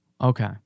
Okay